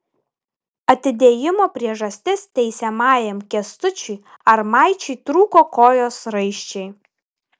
atidėjimo priežastis teisiamajam kęstučiui armaičiui trūko kojos raiščiai